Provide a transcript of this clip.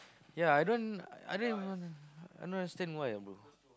ya I don't I don't even I don't understand why ah bro